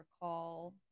recall